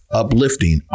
uplifting